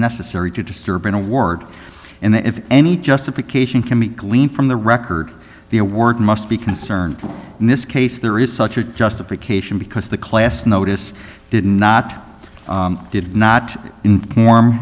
necessary to disturb an award and if any justification can be gleaned from the record the award must be concerned in this case there is such a justification because the class notice did not did not inform